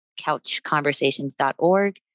couchconversations.org